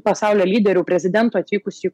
pasaulio lyderių prezidentų atvykusių į